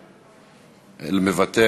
מוותר.